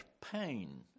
pain